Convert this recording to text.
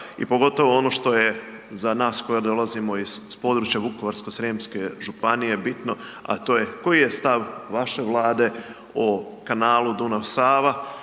i pogotovo ono što je za nas koji dolazimo iz područja Vukovarsko-srijemske županije bitno, a to je koji je stav vaše Vlade o kanalu Dunav – Sava